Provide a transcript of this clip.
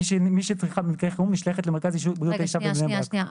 מי שצריכה במקרה חירום משתייכת למרכז בריאות האישה בבני ברק.